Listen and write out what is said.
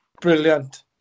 brilliant